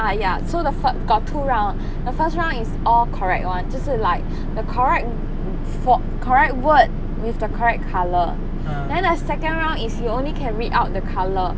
uh ya so the fir~ got two round the first round is all correct [one] 就是 like the correct wo~ fon~ correct word with the correct colour then the second round is you only can read out the colour